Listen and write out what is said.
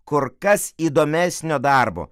kur kas įdomesnio darbo